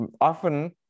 Often